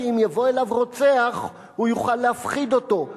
ואם יבוא אליו רוצח הוא יוכל להפחיד אותו.